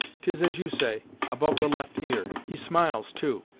tis as you say, above the left ear he smiles, too,